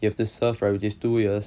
you have to serve right which is two years